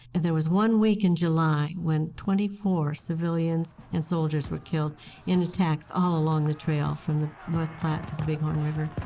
and there was one week in july when twenty four civilians and soldiers were killed in attacks all along the trail, from the north platte to the big horn river.